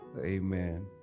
Amen